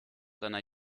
seiner